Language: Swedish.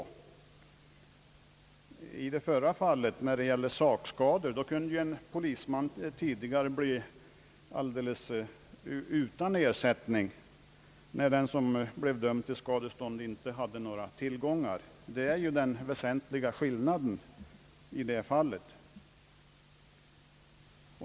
Vid sakskador däremot kunde en polisman tidigare bli alideles utan ersättning om den som dömdes att betala skadestånd inte hade några tillgångar. Det är detta som är Gen väsentliga skillnaden.